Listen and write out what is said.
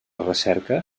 recerca